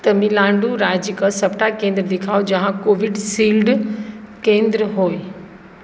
तमिलनाडु राज्यके सबटा केन्द्र देखाउ जहाँ कोविशील्ड केन्द्र होइ